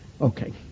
Okay